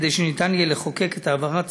כדי שניתן יהיה לחוקק את העברת